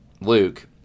Luke